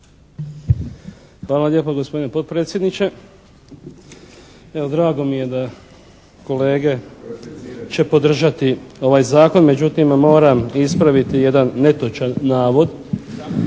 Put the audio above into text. Hvala lijepo gospodine potpredsjedniče. Evo drago mi je da kolege će podržati ovaj zakon, međutim moram ispraviti jedan netočan navod.